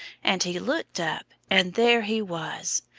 and he looked up and there he was!